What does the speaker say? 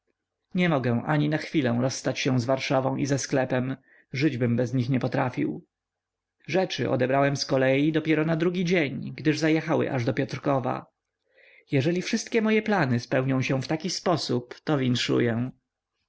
nie mogę ani na chwilę rozstać się z warszawą i ze sklepem żyćbym bez nich nie potrafił rzeczy odebrałem z kolei dopiero na drugi dzień gdyż zajechały aż do piotrkowa jeżeli wszystkie moje plany spełnią się w taki sposób to